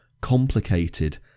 complicated